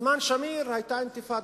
בזמן שמיר היתה אינתיפאדה,